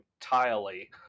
entirely